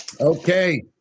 Okay